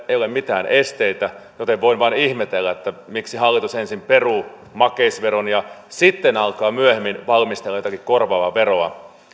ei ole mitään esteitä joten voin vain ihmetellä miksi hallitus ensin peruu makeisveron ja sitten alkaa myöhemmin valmistella jotakin korvaavaa veroa